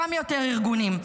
גם יותר ארגונים,